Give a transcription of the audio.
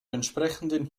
entsprechenden